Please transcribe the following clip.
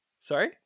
Sorry